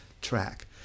track